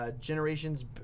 Generations